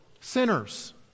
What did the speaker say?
sinners